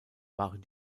waren